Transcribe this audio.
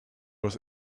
was